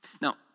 Now